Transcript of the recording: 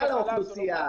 ה-3,300 מהותי מאוד.